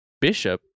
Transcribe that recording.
Bishop